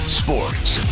sports